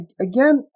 Again